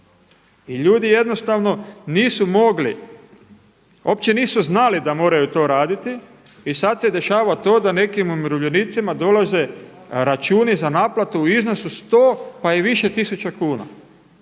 I ljudi jednostavno nisu mogli, uopće nisu znali da moraju to raditi. I sada se dešava to da nekim umirovljenicima dolaze računi za naplatu u iznosu 100 pa i više tisuća kuna.